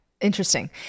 Interesting